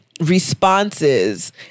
responses